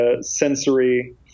sensory